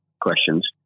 questions